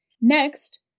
Next